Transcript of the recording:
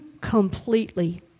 completely